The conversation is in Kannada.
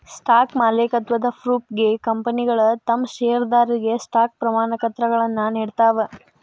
ಸ್ಟಾಕ್ ಮಾಲೇಕತ್ವದ ಪ್ರೂಫ್ಗೆ ಕಂಪನಿಗಳ ತಮ್ ಷೇರದಾರರಿಗೆ ಸ್ಟಾಕ್ ಪ್ರಮಾಣಪತ್ರಗಳನ್ನ ನೇಡ್ತಾವ